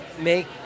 make